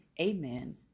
Amen